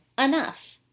enough